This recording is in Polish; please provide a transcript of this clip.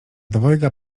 dwojga